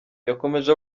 yakomeje